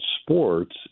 sports